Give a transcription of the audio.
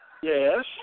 Yes